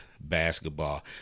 basketball